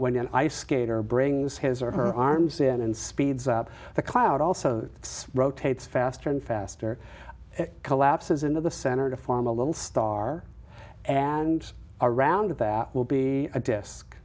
an ice skater brings his or her arms in and speeds up the cloud also it's rotates faster and faster it collapses into the center to form a little star and around that will be a disk